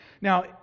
Now